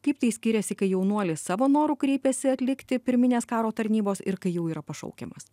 kaip tai skiriasi kai jaunuolis savo noru kreipiasi atlikti pirminės karo tarnybos ir kai jau yra pašaukiamas